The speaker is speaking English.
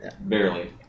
Barely